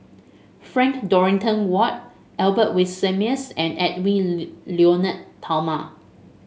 Frank Dorrington Ward Albert Winsemius and Edwy Lyonet Talma